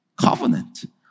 covenant